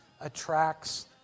attracts